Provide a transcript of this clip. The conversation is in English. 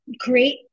create